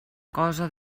cosa